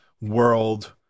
world